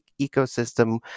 ecosystem